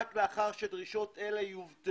רק לאחר שדרישות אלו יובטחו,